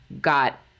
got